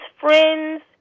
friends